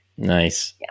Nice